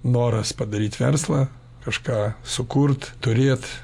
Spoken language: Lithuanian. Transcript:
noras padaryt verslą kažką sukurt turėt